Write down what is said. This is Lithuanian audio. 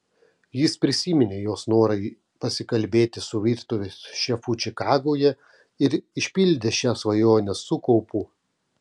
jis prisiminė jos norą pasikalbėti su virtuvės šefu čikagoje ir išpildė šią svajonę su kaupu